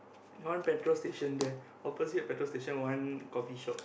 one petrol station there opposite the petrol station one coffee shop